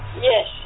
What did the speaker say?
Yes